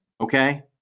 Okay